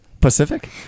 Pacific